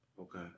Okay